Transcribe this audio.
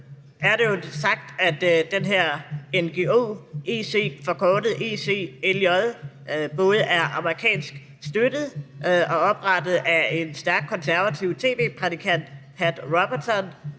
er det jo sagt, at den her ngo, forkortet ECLJ, både er amerikansk støttet og oprettet af en stærkt konservativ tv-prædikant, Pat Robertson,